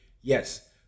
Yes